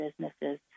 businesses